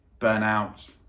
burnouts